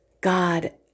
God